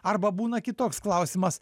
arba būna kitoks klausimas